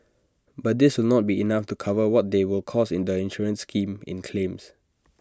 but this will not be enough to cover what they will cost the insurance scheme in claims